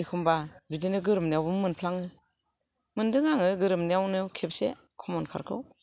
एखमबा बिदिनो गोरोमनायावबो मोनफ्लाङो मोनदों आङो गोरोमनायावनो खेबसे खमन काटखौ